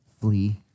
flee